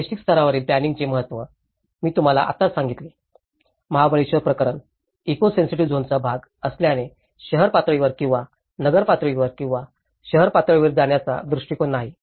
प्रादेशिक स्तरावरील प्लॅनिंइंगाचे महत्त्व मी तुम्हाला आताच सांगितले महाबळेश्वर प्रकरण इको सेन्सेटिव्ह झोनचा भाग असल्याने शहर पातळीवर किंवा नगर पातळीवर किंवा शहरी पातळीवर जाण्याचा दृष्टीकोन नाही